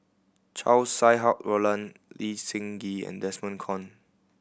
Chow Sau Hai Roland Lee Seng Gee and Desmond Kon